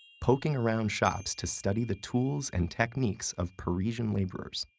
poking around shops to study the tools and techniques of parisian laborers.